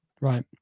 right